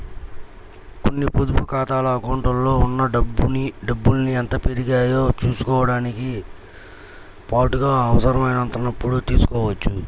కొన్ని పొదుపు ఖాతాల అకౌంట్లలో ఉన్న డబ్బుల్ని ఎంత పెరిగాయో చూసుకోవడంతో పాటుగా అవసరమైనప్పుడు తీసుకోవచ్చు